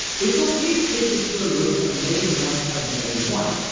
it's ok to take the square root of negative one times negative one